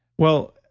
well,